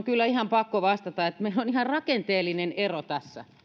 kyllä ihan pakko vastata että meillä on ihan rakenteellinen ero tässä